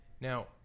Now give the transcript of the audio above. Now